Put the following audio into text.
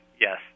yes